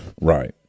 Right